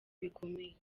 bikomeye